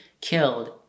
killed